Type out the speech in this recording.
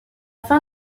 fin